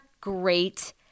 great